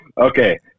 Okay